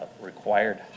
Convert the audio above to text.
required